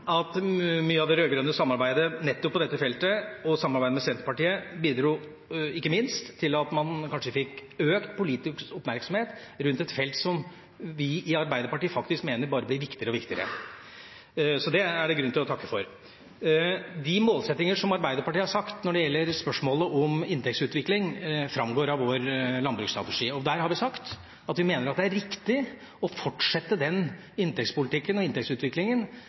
at mye av det rød-grønne samarbeidet – og ikke minst samarbeidet med Senterpartiet – på nettopp dette feltet bidro til at man fikk økt politisk oppmerksomhet rundt et felt som vi i Arbeiderpartiet faktisk mener bare blir viktigere og viktigere. Det er det grunn til å takke for. De målsettinger som Arbeiderpartiet har satt når det gjelder spørsmålet om inntektsutvikling, framgår av vår landbruksstrategi. Der har vi sagt at vi mener at det er riktig å fortsette den inntektspolitikken og